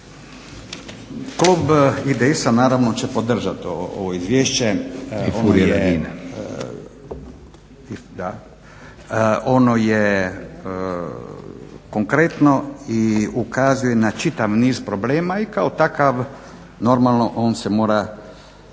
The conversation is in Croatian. Klub IDS-a naravno će podržati ovo izvješće. Ono je konkretno i ukazuje na čitav niz problema i kao takav normalno on se mora